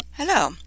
Hello